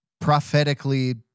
prophetically